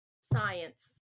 Science